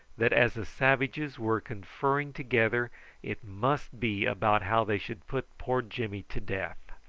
that as the savages were conferring together it must be about how they should put poor jimmy to death.